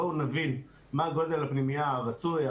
בואו נבין מה גודל הפנימייה הרצוי,